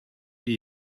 die